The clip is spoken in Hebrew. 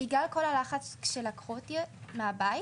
בגלל כל החלץ כשלקחו אותי מהבית,